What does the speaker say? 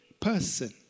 person